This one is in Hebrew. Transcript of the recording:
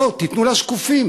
בואו תיתנו לשקופים,